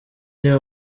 niwe